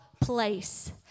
place